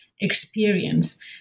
experience